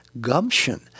gumption